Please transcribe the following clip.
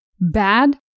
bad